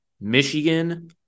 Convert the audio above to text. Michigan